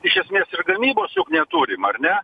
iš esmės ir gamybos juk neturim ar ne